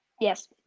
Yes